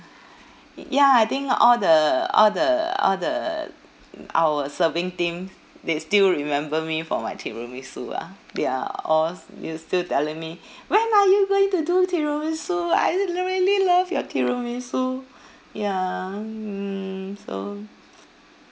y~ ya I think all the all the all the our serving team they still remember me for my tiramisu ah they are all s~ they still telling me when are you going to do tiramisu I really love your tiramisu ya mm so